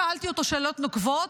שאלתי אותו שאלות נוקבות,